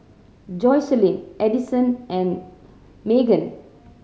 Joycelyn Edison and Magan